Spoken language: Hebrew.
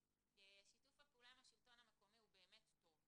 שיתוף הפעולה עם השלטון המקומי הוא באמת טוב,